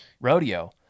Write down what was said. Rodeo